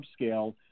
subscale